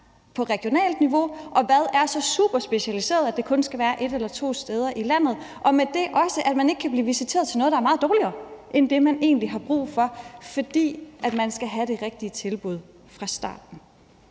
på regionalt niveau, og hvad der er så superspecialiseret, at det kun skal være et eller to steder i landet – og med det også, at man ikke kan blive visiteret til noget, der er meget dårligere end det, man egentlig har brug for, for man skal have det rigtige tilbud fra starten.